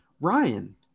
Ryan